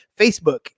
Facebook